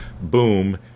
boom